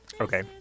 Okay